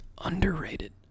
Underrated